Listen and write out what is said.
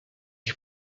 ich